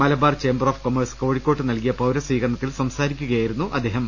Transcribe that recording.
Malabar chamber of commerce കോഴിക്കോട്ട് നൽകിയ പൌരസ്വീകരണത്തിൽ സംസാരിക്കുകയായിരുന്നു അദ്ദേഹം